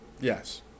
Yes